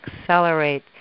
accelerate